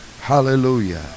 hallelujah